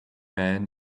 man